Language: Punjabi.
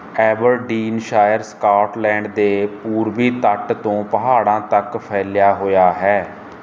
ਐਬਰਡੀਨ ਸ਼ਹਿਰ ਸਕਾਟਲੈਂਡ ਦੇ ਪੂਰਬੀ ਤੱਟ ਤੋਂ ਪਹਾੜਾਂ ਤੱਕ ਫੈਲਿਆ ਹੋਇਆ ਹੈ